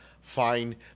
fine